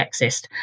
sexist